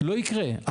לא יקרה.